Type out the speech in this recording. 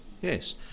Yes